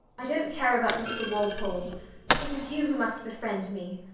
i dont care about mr walpole it is you who must befriend me.